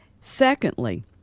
Secondly